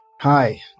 Hi